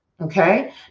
Okay